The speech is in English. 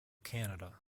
canada